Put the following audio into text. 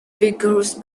vigorous